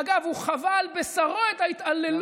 אגב, הוא חווה על בשרו את ההתעללות.